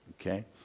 okay